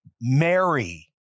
Mary